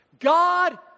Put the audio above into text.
God